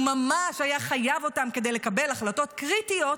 הוא ממש היה חייב אותם כדי לקבל החלטות קריטיות,